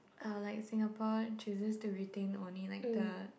uh like Singapore chooses to retain only like the